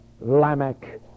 Lamech